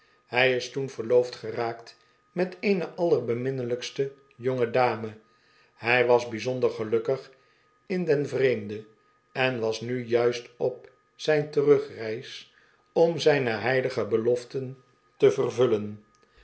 hij is toen verloofd geraakt met eene allerbeminnelijkste jonge dame hij was bijzonder gelukkig in den vreemde en was nu juist op zijn terugreis om zijne heilige beloften te vervullen